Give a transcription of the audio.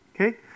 Okay